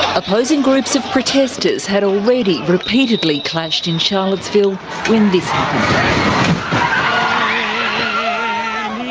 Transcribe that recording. opposing groups of protesters had already repeatedly clashed in charlottesville when this ah um